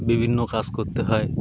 বিভিন্ন কাজ করতে হয়